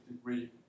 degree